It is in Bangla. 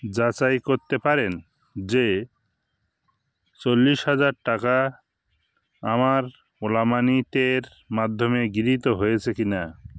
যাচাই করতে পারেন যে চল্লিশ হাজার টাকা আমার ওলা মানিতের মাধ্যমে গৃহীত হয়েছে কি না